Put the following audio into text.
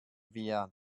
wir